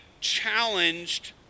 challenged